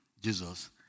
Jesus